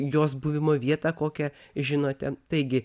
jos buvimo vietą kokią žinote taigi